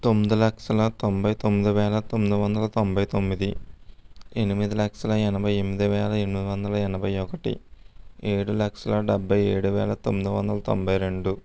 తొమ్మిది లక్షల తొంభై తొమ్మిది వేల తొమ్మిది వందల తొంభై తొమ్మిది ఎనిమిది లక్షల ఎనభై ఎనిమిది వేల ఎనిమిది వందల ఎనభై ఒకటి ఏడు లక్షల డెబ్భై ఏడు వేల తొమ్మిది వందల తొంభై రెండు